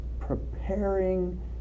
preparing